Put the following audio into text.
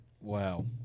wow